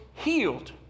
healed